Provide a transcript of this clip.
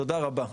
תודה רבה.